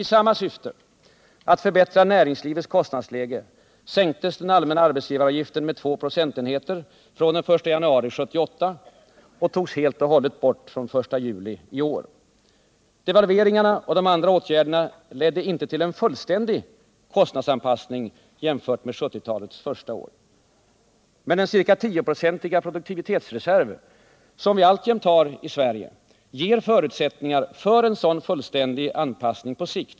I samma syfte — att förbättra näringslivets kostnadsläge — sänktes den allmänna arbetsgivaravgiften med två procentenheter från den 1 januari 1978 och togs helt och hållet bort den 1 juli i år. Devalveringarna och övriga åtgärder ledde inte till en fullständig kostnadsanpassning jämfört med 1970 talets första år. Men den ca 10-procentiga produktivitetsreserv som vi alltjämt har i Sverige ger förutsättningar för en sådan fullständig anpassning på sikt.